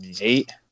Eight